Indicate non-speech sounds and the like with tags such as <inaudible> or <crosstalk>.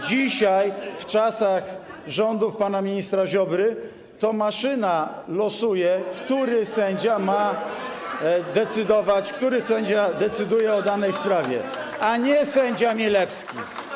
Dzisiaj, w czasach rządów pana ministra Ziobry, to maszyna losuje, który sędzia ma decydować, który sędzia decyduje o danej sprawie, <applause> a nie sędzia Milewski.